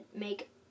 make